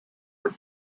are